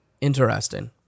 Interesting